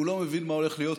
הוא לא מבין מה הולך להיות פה.